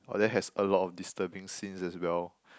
uh that has a lot of disturbing scenes as well